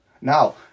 Now